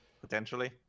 potentially